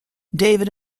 david